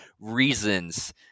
reasons –